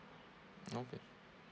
okay